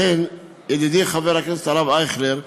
לכן, ידידי חבר הכנסת הרב אייכלר,